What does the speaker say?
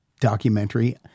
documentary